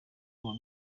uwa